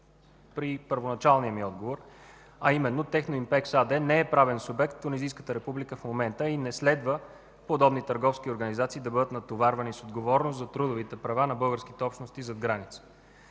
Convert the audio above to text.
при първоначалния ми отговор, а именно – „Техноимпекс” АД не е правен субект в Тунизийската република в момента и не следва подобни търговски организации да бъдат натоварвани с отговорност за трудовите права на българските общности зад граница.